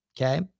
okay